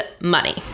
money